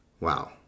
Wow